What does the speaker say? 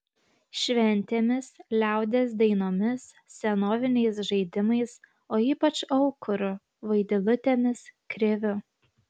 šventėmis liaudies dainomis senoviniais žaidimais o ypač aukuru vaidilutėmis kriviu